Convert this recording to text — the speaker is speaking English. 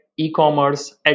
e-commerce